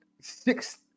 six